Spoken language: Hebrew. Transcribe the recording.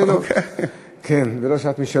זו שעת שאלות, זו לא שעת משאלות.